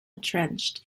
entrenched